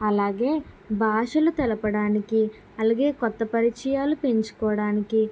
అలాగే భాషలు తెలపడానికి అలాగే కొత్త పరిచయాలు పెంచుకోవడానికి